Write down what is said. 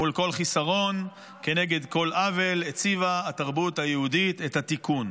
מול כל חיסרון כנגד כל עוול הציבה התרבות היהודית את התיקון,